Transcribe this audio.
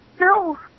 No